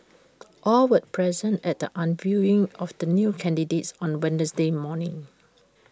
all were present at the unveiling of the new candidates on Wednesday morning